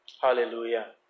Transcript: Hallelujah